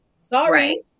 Sorry